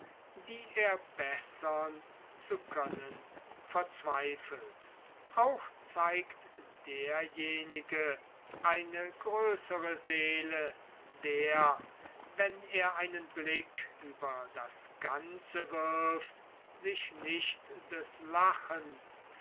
die er bessern zu können verzweifelt auch zeigt derjenige eine größere seele der wenn er einen blick über das ganze wirft sich nicht des lachens